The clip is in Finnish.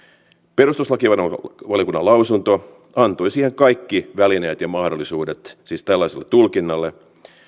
perustuslakivaliokunnan lausunto antoi kaikki välineet ja mahdollisuudet tällaiselle tulkinnalle